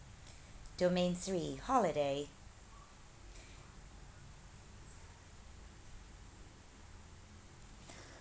domain three holiday